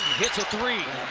hits a three.